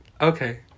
okay